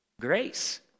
Grace